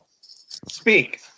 Speak